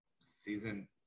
season